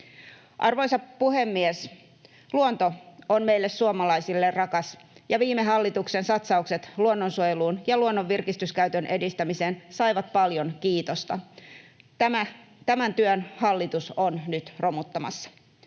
Arvoisa puhemies! Luonto on meille suomalaisille rakas, ja viime hallituksen satsaukset luonnonsuojeluun ja luonnon virkistyskäytön edistämiseen saivat paljon kiitosta. Tämän työn hallitus on nyt romuttamassa.